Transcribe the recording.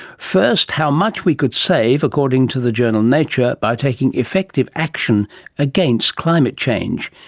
first, how much we could save, according to the journal nature, by taking effective action against climate change.